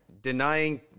denying